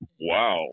Wow